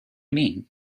mean